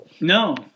No